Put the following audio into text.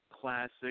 classic